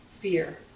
fear